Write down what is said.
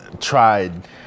tried